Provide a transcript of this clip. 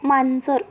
मांजर